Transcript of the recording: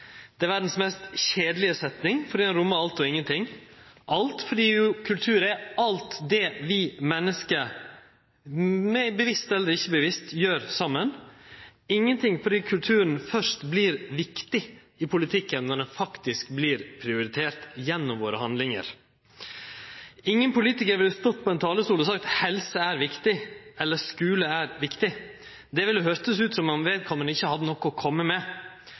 Det er verdas mest kjedelege setning, fordi ho rommar alt og ingenting – «alt» fordi kultur jo er alt det vi menneske bevisst eller ikkje bevisst gjer saman, og «ingenting» fordi kulturen først blir viktig i politikken når han faktisk blir prioritert gjennom våre handlingar. Ingen politikar ville stått på ein talarstol og sagt at «helse er viktig» eller at «skule er viktig». Det ville ha høyrt ut som om vedkommande ikkje hadde noko å kome med.